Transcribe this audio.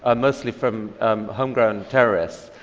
ah mostly from homegrown terrorists.